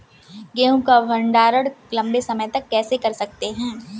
गेहूँ का भण्डारण लंबे समय तक कैसे कर सकते हैं?